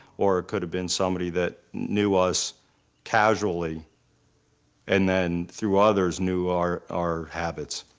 or it could have been somebody that knew us casually and then, through others, knew our our habits.